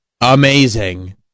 amazing